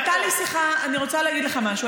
אני רוצה להגיד לך משהו.